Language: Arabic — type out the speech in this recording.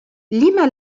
لما